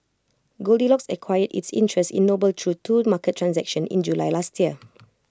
goldilocks acquired its interest in noble through two market transactions in July last year